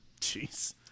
Jeez